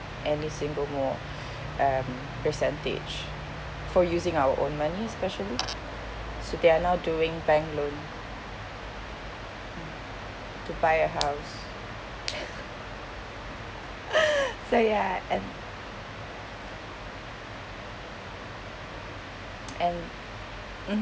any single more um percentage for using our own money especially so they're now doing bank loan to buy a house so ya and and mmhmm